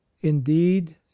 indeed